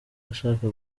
ashaka